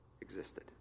existed